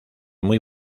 muy